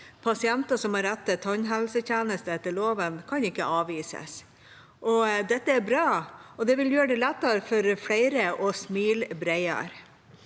Pasienter som har rett til tannhelsetjeneste etter loven, kan ikke avvises. Dette er bra, og det vil gjøre det lettere for flere å smile bredere.